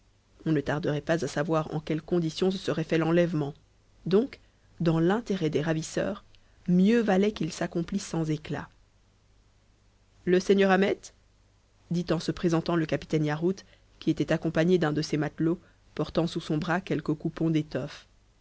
on ne tarderait pas à savoir en quelles conditions se serait fait l'enlèvement donc dans l'intérêt des ravisseurs mieux valait qu'il s'accomplit sans éclat le seigneur ahmet dit en se présentant le capitaine yarhud qui était accompagné d'un de ses matelots portant sous son bras quelques coupons d'étoffes